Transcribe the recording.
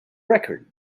record